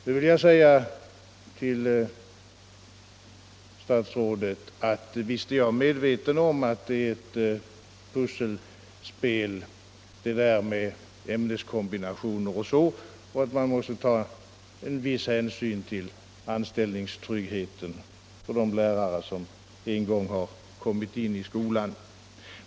Nu vill jag säga till statsrådet, att visst är jag medveten om att det där med ämneskombinationer är ett pusselspel och att man måste ta en viss hänsyn till anställningstryggheten för de lärare som en gång har kommit in i skolan.